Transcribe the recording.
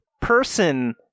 person